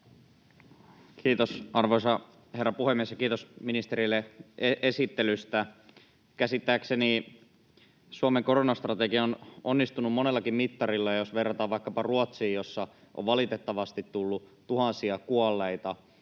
Kiitos, arvoisa herra puhemies! Kiitos ministerille esittelystä! Käsittääkseni Suomen koronastrategia on onnistunut monellakin mittarilla: jos verrataan vaikkapa Ruotsiin, missä on valitettavasti tullut tuhansia kuolleita